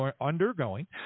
undergoing